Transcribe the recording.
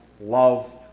love